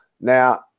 now